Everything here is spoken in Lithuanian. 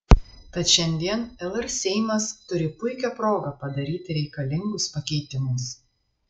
tad šiandien lr seimas turi puikią progą padaryti reikalingus pakeitimus